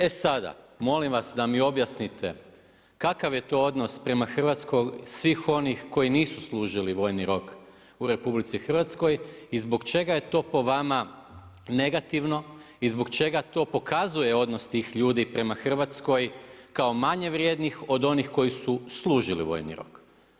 E sada, molim vas da mi objasnite, kakav je to odnos prema Hrvatskoj svih onih koji nisu služili vojni rok u RH i zbog čega je to po vama negativno i zbog čega to pokazuje odnos tih ljudi prema Hrvatskoj kao manje vrijednih od onih koji su služili vojni rok?